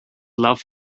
love